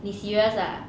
你 serious ah